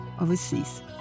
overseas